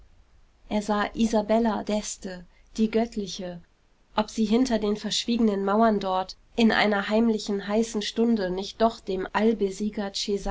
er sah isabella d'este die göttliche ob sie hinter den verschwiegenen mauern dort in einer heimlichen heißen stunde nicht doch dem